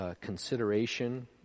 consideration